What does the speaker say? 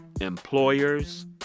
employers